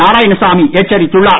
நாராயணசாமி எச்சரித்துள்ளார்